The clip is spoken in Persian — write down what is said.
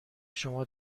شما